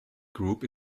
group